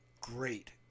great